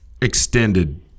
extended